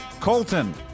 Colton